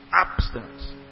Abstinence